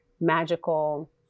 magical